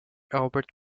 albert